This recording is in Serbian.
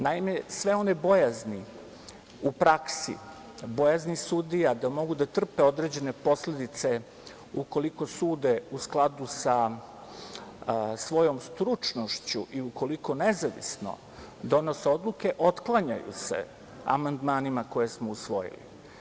Naime, sve one bojazni u praksi, bojazni sudija da mogu da trpe određene posledice ukoliko sude u skladu sa svojom stručnošću i ukoliko nezavisno donose odluke, otklanjaju se amandmanima koje smo usvojili.